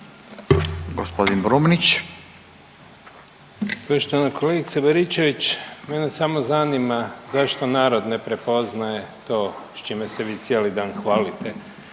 Gospodin Brumnić.